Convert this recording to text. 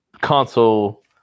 console